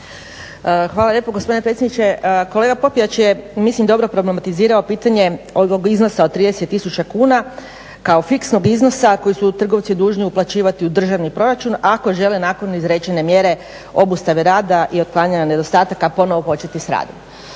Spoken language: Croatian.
Hvala lijepo gospodine predsjedniče. Kolega Popijač je mislim dobro problematizirao pitanje ovog iznosa od 30 tisuća kuna kao fiksnog iznosa kojeg su trgovci dužni uplaćivati u državni proračun ako žele nakon izrečene mjere obustave rada i otklanjanja nedostataka ponovno početi sa radom.